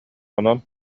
онон